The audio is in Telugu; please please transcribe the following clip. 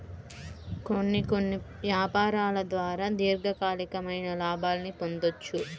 కొన్ని కొన్ని యాపారాల ద్వారా దీర్ఘకాలికమైన లాభాల్ని పొందొచ్చు